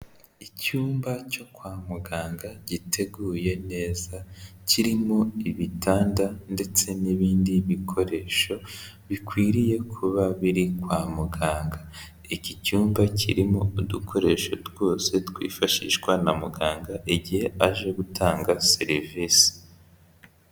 Icyumba cyo kwa muganga giteguye neza kirimo ibitanda ndetse n'ibindi bikoresho bikwiriye kuba biri kwa muganga, iki cyumba kirimo udukoresho twose twifashishwa na muganga igihe aje gutanga serivisi.